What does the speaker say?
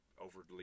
overly